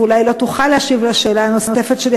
ואולי לא תוכל להשיב על השאלה הנוספת שלי,